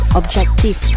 objective